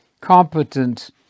competent